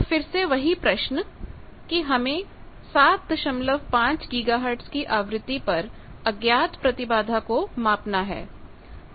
तो फिर से वही प्रश्न कि हमें 75 गीगाहर्टज की आवृत्ति पर अज्ञात प्रतिबाधा को मापना है